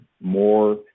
more